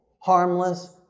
harmless